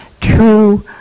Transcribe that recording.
true